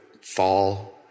fall